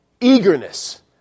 eagerness